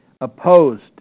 opposed